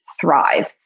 thrive